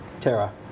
Tara